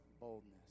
boldness